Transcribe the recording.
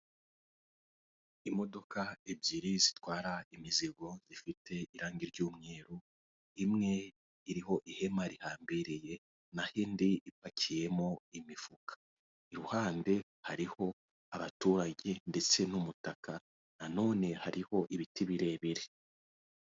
Imodoka ebyiri zitwara imizigo zifite irangi ry'umweru; imwe iriho ihema rihambiriye naho indi ipakiyemo imifuka, iruhande hariho abaturage ndetse n'umutaka. Nanone hariho ibiti birebire.